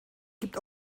gibt